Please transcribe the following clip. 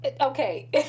Okay